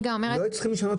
לא היו צריכים לשנות,